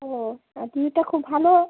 ও আর টিভিটা খুব ভালো